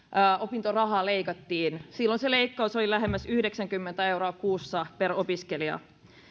opintorahaa leikattiin silloin se leikkaus oli lähemmäksi yhdeksänkymmentä euroa kuussa per opiskelija